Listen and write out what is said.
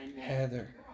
Heather